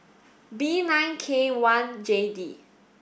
B nine K one J D